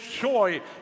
joy